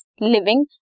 living